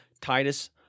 Titus